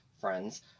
friends